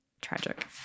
tragic